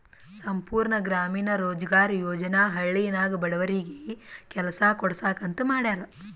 ಸಂಪೂರ್ಣ ಗ್ರಾಮೀಣ ರೋಜ್ಗಾರ್ ಯೋಜನಾ ಹಳ್ಳಿನಾಗ ಬಡವರಿಗಿ ಕೆಲಸಾ ಕೊಡ್ಸಾಕ್ ಅಂತ ಮಾಡ್ಯಾರ್